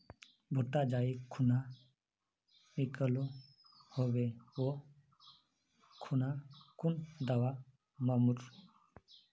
भुट्टा जाई खुना निकलो होबे वा खुना कुन दावा मार्मु?